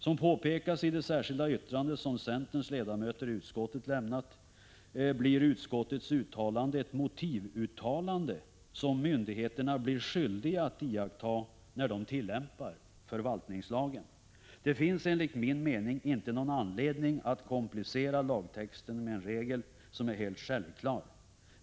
Som påpekas i det särskilda yttrande som centerns ledamöter i utskottet lämnat blir utskottets uttalande ett motivuttalande som myndigheterna blir skyldiga att iaktta när de tillämpar förvaltningslagen. Det finns enligt min mening inte någon anledning att komplicera lagtexten med en regel som är helt självklar.